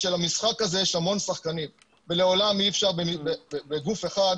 שלמשחק הזה יש המון שחקנים ולעולם אי אפשר בגוף אחד,